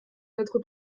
notre